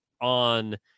on